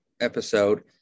episode